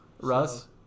Russ